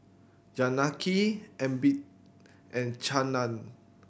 Janaki Amitabh and Chanda